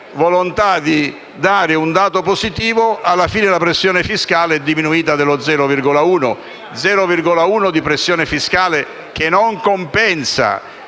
volontà di dare un dato positivo, alla fine la pressione fiscale è diminuita dello 0,1 per cento. Uno 0,1 di pressione fiscale non compensa